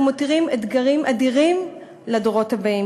אנחנו מותירים אתגרים אדירים לדורות הבאים,